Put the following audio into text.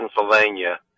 Pennsylvania